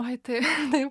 oi tai taip